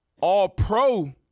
all-pro